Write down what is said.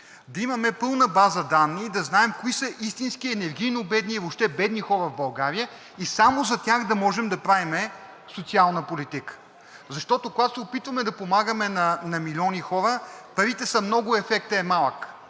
да имаме пълна база данни и да знаем кои са истински енергийно бедни и въобще бедни хора в България и само за тях да можем да правим социална политика. Защото, когато се опитваме да помагаме на милиони хора, парите са много, а ефектът е малък.